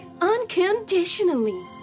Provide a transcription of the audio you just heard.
Unconditionally